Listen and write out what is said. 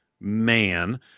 man